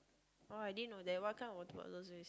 oh I didn't know that what kind of water bottles do you